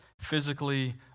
physically